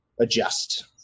adjust